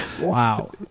wow